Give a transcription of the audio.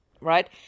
right